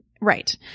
Right